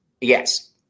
Yes